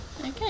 okay